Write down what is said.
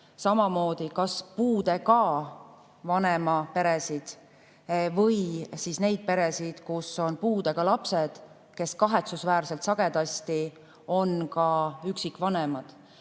samamoodi puudega vanema peresid või siis neid peresid, kus on puudega lapsed. Need on kahetsusväärselt sagedasti ka üksikvanema